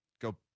go